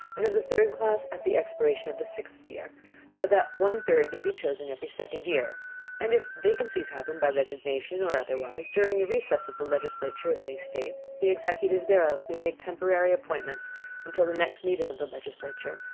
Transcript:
and of the third class at the expiration of the sixth year, so that one third may be chosen every second year and if vacancies happen by resignation, or otherwise, during the recess of the legislature of any state, the executive thereof may make temporary appointments until the next meeting of the legislature,